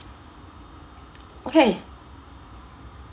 okay